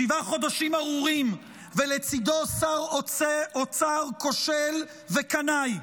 שבעה חודשים ארורים, ולצידו שר אוצר כושל וקנאי,